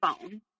phone